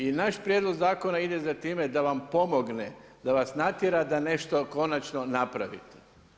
I naš prijedlog zakona ide za time da vam pomogne, da vas natjera da nešto konačno napravite.